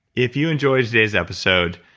if you enjoyed today's episode,